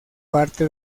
parte